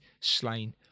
slain